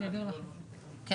כן.